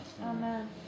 Amen